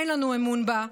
אין לנו אמון בה.